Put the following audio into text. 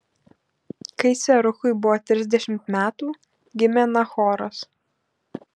kai seruchui buvo trisdešimt metų gimė nachoras